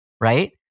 right